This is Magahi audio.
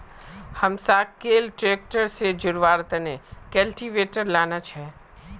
हमसाक कैल ट्रैक्टर से जोड़वार तने कल्टीवेटर लाना छे